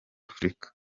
afurika